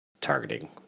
Targeting